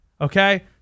Okay